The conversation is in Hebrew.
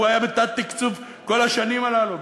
והוא היה בתת-תקצוב כל השנים הללו,